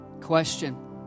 Question